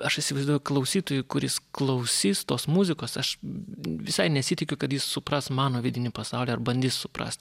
aš įsivaizduoju klausytojui kuris klausys tos muzikos aš visai nesitikiu kad jis supras mano vidinį pasaulį ar bandys suprast